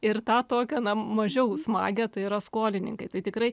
ir tą tokią na mažiau smagią tai yra skolininkai tai tikrai